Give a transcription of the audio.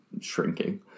shrinking